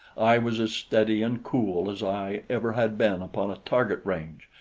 i was as steady and cool as i ever had been upon a target-range,